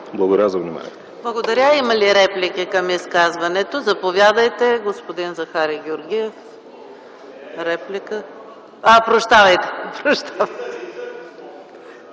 Благодаря за вниманието.